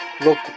Look